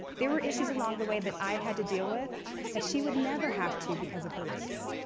there were issues along the way that i've had to deal with that she would never have to because of her race.